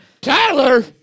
Tyler